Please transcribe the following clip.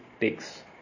takes